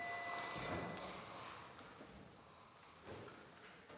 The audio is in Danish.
Tak.